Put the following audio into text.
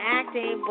acting